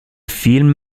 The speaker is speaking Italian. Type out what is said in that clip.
film